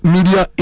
Media